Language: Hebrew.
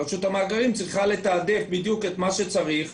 רשות המאגרים צריכה לתעדף בדיוק את מה שצריך.